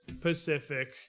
Pacific